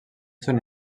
són